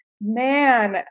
man